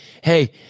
Hey